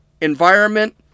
environment